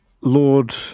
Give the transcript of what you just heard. Lord